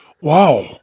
Wow